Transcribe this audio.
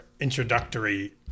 introductory